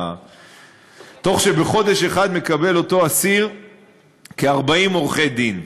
תוך שבחודש אחד מקבל אותו אסיר כ-40 עורכי-דין,